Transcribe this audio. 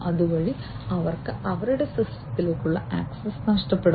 അതുവഴി അവർക്ക് അവരുടെ സിസ്റ്റത്തിലേക്കുള്ള ആക്സസ് നഷ്ടപ്പെടും